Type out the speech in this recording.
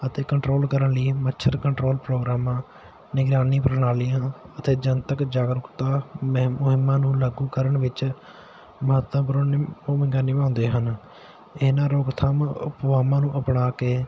ਅਤੇ ਕੰਟਰੋਲ ਕਰਨ ਲਈ ਮੱਛਰ ਕੰਟਰੋਲ ਪ੍ਰੋਗਰਾਮਾਂ ਨਿਗਰਾਨੀ ਪ੍ਰਣਾਲੀਆਂ ਅਤੇ ਜਨਤਕ ਜਾਗਰੂਕਤਾ ਮੁਹਿੰਮ ਮੁਹਿੰਮਾਂ ਨੂੰ ਲਾਗੂ ਕਰਨ ਵਿੱਚ ਮਹੱਤਵਪੂਰਨ ਨ ਭੂਮਿਕਾ ਨਿਭਾਉਂਦੇ ਹਨ ਇਹਨਾਂ ਰੋਕਥਾਮ ਉਪਾਵਾਂ ਨੂੰ ਅਪਣਾ ਕੇ